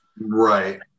Right